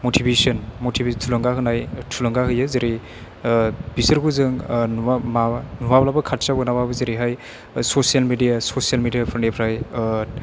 motivation motivate थुलुंगा होनाय थुलुंगा होयो जेरै बिसोरखौ जों नुवा माबा नुवाब्लाबो खाथियाव मोनाब्लाबो जेरैहाय ससियेल मेडिया ससियेल मेडियाफोरनिफ्राय